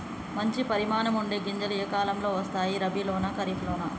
మంచి పరిమాణం ఉండే గింజలు ఏ కాలం లో వస్తాయి? రబీ లోనా? ఖరీఫ్ లోనా?